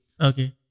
Okay